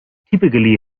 typically